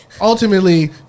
Ultimately